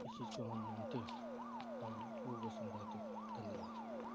اس چیز کو ہم مانتے ہیں اور وہ کو سمجھاتے ہیں دھنیہ واد